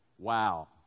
Wow